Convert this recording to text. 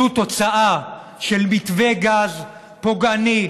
זו תוצאה של מתווה גז פוגעני,